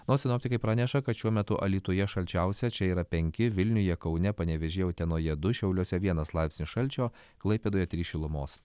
nors sinoptikai praneša kad šiuo metu alytuje šalčiausia čia yra penki vilniuje kaune panevėžyje utenoje du šiauliuose vienas laipsnis šalčio klaipėdoje trys šilumos